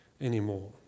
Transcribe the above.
anymore